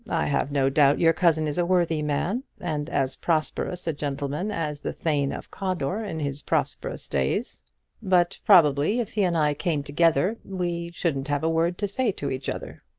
i have no doubt your cousin is a worthy man and as prosperous a gentleman as the thane of cawdor in his prosperous days but probably if he and i came together we shouldn't have a word to say to each other.